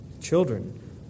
children